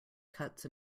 cuts